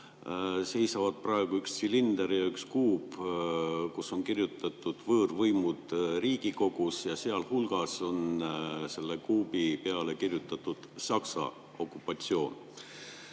seisavad praegu üks silinder ja üks kuup, kus on kirjutatud "Võõrvõimud Riigikogus", sealhulgas on selle kuubi peale kirjutatud "Saksa okupatsioon".